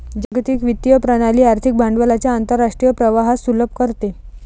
जागतिक वित्तीय प्रणाली आर्थिक भांडवलाच्या आंतरराष्ट्रीय प्रवाहास सुलभ करते